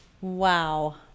Wow